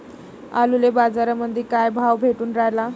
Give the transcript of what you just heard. आलूले बाजारामंदी काय भाव भेटून रायला?